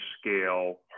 scale